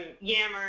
Yammer